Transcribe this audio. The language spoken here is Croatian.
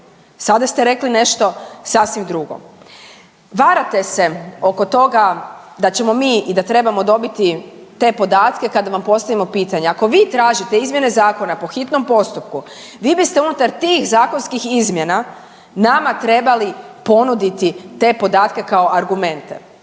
sada ste rekli nešto sasvim drugo. Varate se oko toga da ćemo mi i da trebamo dobiti te podatke kada vam postavimo pitanje, ako vi tražite izmjene zakona po hitnom postupku, vi biste unutar tih zakonskih izmjena nama trebali ponuditi te podatke kao argumente